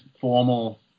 formal